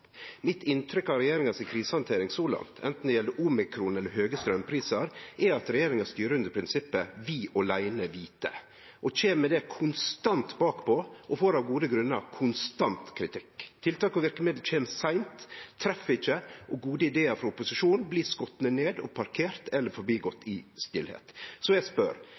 Mitt inntrykk av krisehandteringa frå regjeringa så langt, anten det gjeld omikron eller høge straumprisar, er at regjeringa styrer under prinsippet «vi åleine vite». Med det kjem dei konstant bakpå og får av gode grunnar konstant kritikk. Tiltak og verkemiddel kjem seint, dei treffer ikkje, og gode idear frå opposisjonen blir skotne ned og parkerte eller forbigåtte i stille. Så eg spør: